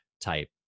type